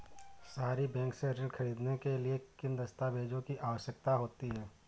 सहरी बैंक से ऋण ख़रीदने के लिए किन दस्तावेजों की आवश्यकता होती है?